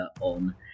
on